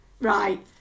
right